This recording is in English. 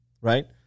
right